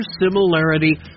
similarity